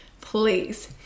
Please